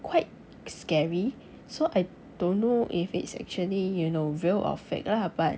quite scary so I don't know if it's actually you know real or fake lah but